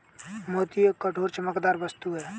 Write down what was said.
मोती एक कठोर, चमकदार वस्तु है